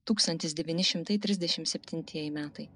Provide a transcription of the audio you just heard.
tūkstantis devyni šimtai trisdešim septintieji metai